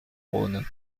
rhône